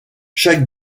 chaque